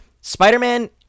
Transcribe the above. Spider-Man